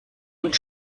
und